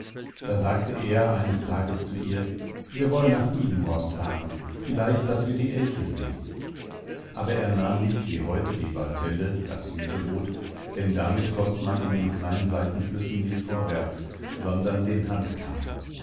da sagte er eines tages zu ihr wir wollen nach ibenhorst fahren vielleicht daß wir die elche sehen aber er nahm nicht wie heute die waltelle das mittelboot denn damit kommt man in den kleinen seitenflüssen nicht vorwärts sondern den handkahn